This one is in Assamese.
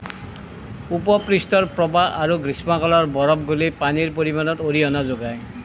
উপপৃষ্ঠৰ প্ৰবাহ আৰু গ্ৰীষ্মকালৰ বৰফ গলি পানীৰ পৰিমাণত অৰিহণা যোগায়